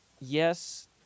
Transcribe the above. Yes